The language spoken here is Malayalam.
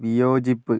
വിയോജിപ്പ്